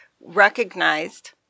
recognized